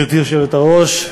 גברתי היושבת-ראש,